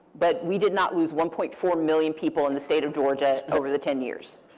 but we did not lose one point four million people in the state of georgia over the ten years.